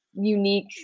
Unique